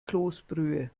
kloßbrühe